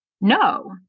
no